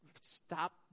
stop